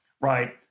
right